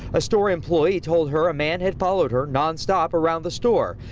a store employee told her a man had followed her nonstop around the store.